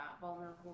vulnerable